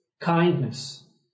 kindness